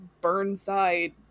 Burnside